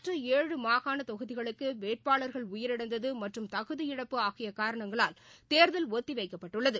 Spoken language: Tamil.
மற்ற ஏழு மாகாண தொகுதிகளுக்கு வேட்பாளர்கள் உயிரிழந்தது மற்றும் தகுதியிழப்பு ஆகிய காரணங்களால் தேர்தல் ஒத்தி வைக்கப்பட்டுள்ளது